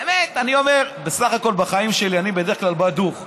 באמת אני אומר שבסך הכול בחיים שלי אני בדרך כלל בא דוך.